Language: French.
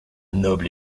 noble